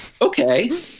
okay